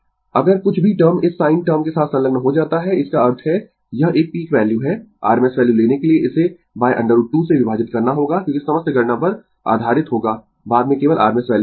अगर कुछ भी टर्म इस sin टर्म के साथ संलग्न हो जाता है इसका अर्थ है यह एक पीक वैल्यू है rms वैल्यू लेने के लिए इसे √ 2 से विभाजित करना होगा क्योंकि समस्त गणना पर आधारित होगा बाद में केवल rms वैल्यू पर देखेंगें